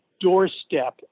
doorstep